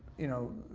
you know,